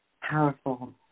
powerful